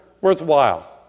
worthwhile